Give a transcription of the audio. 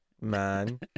man